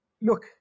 Look